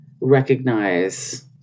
recognize